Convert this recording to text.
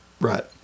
Right